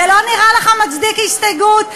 זה לא נראה לך מצדיק הסתייגות?